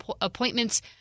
appointments